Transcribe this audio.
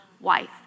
wife